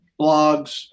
blogs